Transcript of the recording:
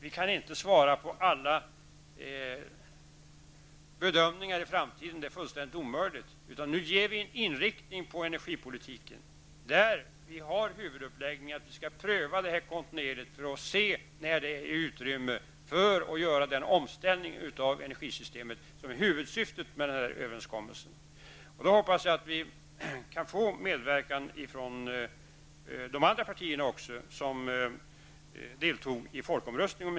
Vi kan inte ge svar på alla bedömningar inför framtiden. Det är fullständigt omöjligt. Nu anger vi inriktningen på energipolitiken. Där är huvuduppläggningen att den skall prövas kontinuerligt för att vi skall se när det är utrymme för att göra den omställning av energisystemet som är huvudsyftet med överenskommelsen. Jag hoppas att vi då kan få en medverkan även från de andra partier som deltog i folkomröstningen.